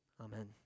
Amen